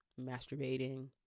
masturbating